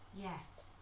Yes